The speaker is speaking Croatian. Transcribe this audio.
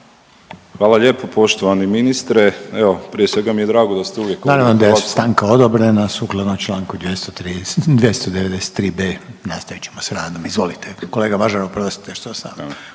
Hvala lijepo poštovani ministre. Evo, prije svega mi je drago da ste uvijek … **Reiner, Željko (HDZ)** Naravno da je stanka odobrena, sukladno čl. 230, 293.d nastavit ćemo s radom, izvolite. Kolega Mažar, oprostite što sam